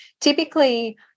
typically